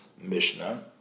Mishnah